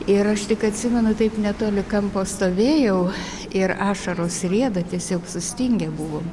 ir aš tik atsimenu taip netoli kampo stovėjau ir ašaros rieda tiesiog sustingę buvom